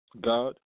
God